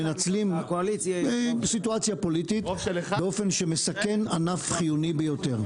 מנצלים סיטואציה פוליטית באופן שמסכן ענף חיוני ביותר,